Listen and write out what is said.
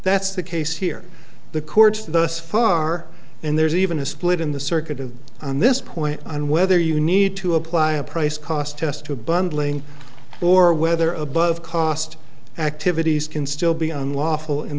that's the case here the courts thus far and there's even a split in the circuit and on this point on whether you need to apply a price cost test to a bundling or whether above cost activities can still be unlawful in